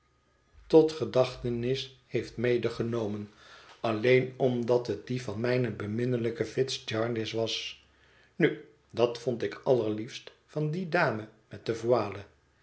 heeft medegenomen alleen omdat het die van mijne beminnelijke fitz jarndyce was nu dat vond ik allerliefst van die dame met de